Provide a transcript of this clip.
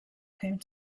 came